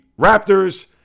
Raptors